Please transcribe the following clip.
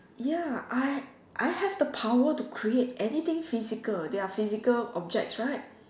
ya I I have the power to create anything physical they are physical objects right